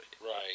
Right